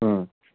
ꯎꯝ